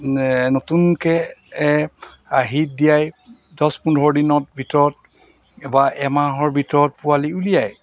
নতুনকৈ হিট দিয়াই দহ পোন্ধৰ দিনত ভিতৰত বা এমাহৰ ভিতৰত পোৱালি উলিয়াই